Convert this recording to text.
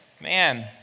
Man